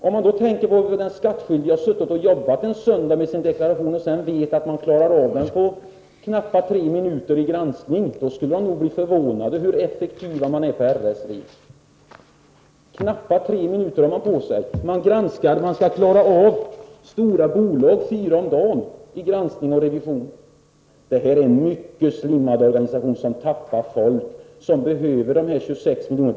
Om de skattskyldiga som har suttit och jobbat en söndag med sin deklaration visste att granskningen klaras av på knappa 3 minuter, skulle de nog vara förvånande över hur effektiv man är på RSV. Det bör också nämnas att man skall klara av fyra stora bolag om dagen i granskning och revision. Det här är en mycket slimmad organisation, som tappar folk och som behöver de 26 miljonerna.